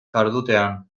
jardutean